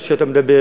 כמו שאתה מדבר,